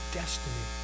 destiny